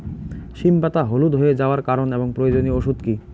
সিম পাতা হলুদ হয়ে যাওয়ার কারণ এবং প্রয়োজনীয় ওষুধ কি?